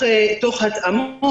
תוך התאמות.